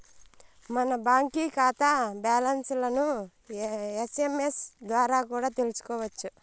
మన బాంకీ కాతా బ్యాలన్స్లను ఎస్.ఎమ్.ఎస్ ద్వారా కూడా తెల్సుకోవచ్చు